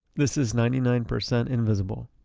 this is ninety nine percent invisible.